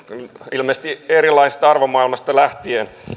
ilmeisesti erilaisista arvomaailmoista lähtien